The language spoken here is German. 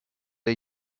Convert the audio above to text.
der